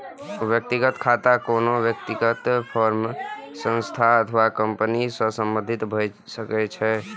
व्यक्तिगत खाता कोनो व्यक्ति, फर्म, संस्था अथवा कंपनी सं संबंधित भए सकै छै